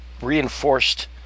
reinforced